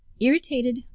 Irritated